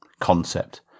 concept